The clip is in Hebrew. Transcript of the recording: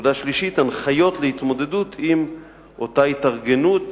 נקודה שלישית, הנחיות להתמודדות עם אותה התארגנות